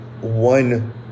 one